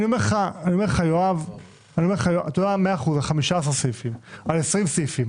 אתה יודע מה, 15 סעיפים, 20 סעיפים.